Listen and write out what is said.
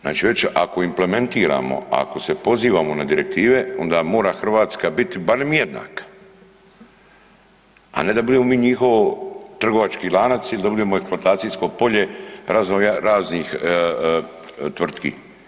Znači već ako implementiramo, ako se pozivamo na direktive onda mora Hrvatska biti barem jednaka, a ne da budemo mi njihovo trgovački lanac ili da budemo eksploatacijsko polje razno raznih tvrtki.